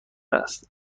است